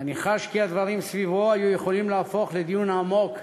אני חש כי הדברים סביבו היו יכולים להפוך לדיון עמוק,